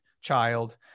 child